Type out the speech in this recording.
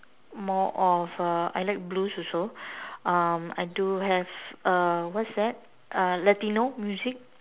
more of uh I like blues also um I do have uh what's that uh latino music